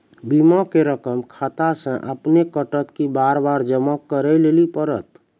बीमा के रकम खाता से अपने कटत कि बार बार जमा करे लेली पड़त?